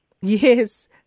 yes